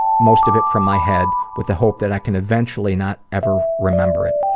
most of it from my head with the hope that i can eventually not ever remember it.